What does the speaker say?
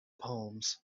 palms